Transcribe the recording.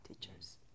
teachers